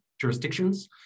jurisdictions